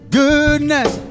goodness